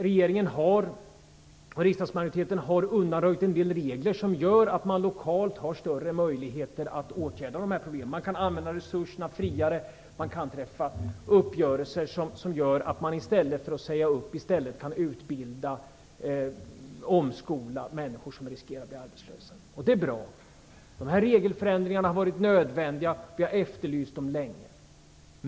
Regeringen och riskdagsmajoriteten har undanröjt en del regler som gör att man lokalt har större möjligheter att åtgärda problemen. Man kan använda resurserna friare, och uppgörelser kan träffas som gör att man i stället för att säga upp folk kan utbilda eller omskola människor som riskerar att bli arbetslösa. Det är bra. Dessa regelförändringar har varit nödvändiga och vi har länge efterlyst dem.